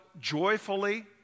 joyfully